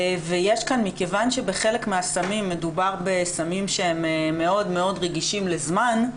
מכיוון שבחלק מהסמים מדובר בסמים שהם מאוד רגישים לזמן,